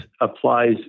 applies